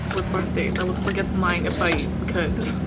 with birthdays. i would forget mine if i could.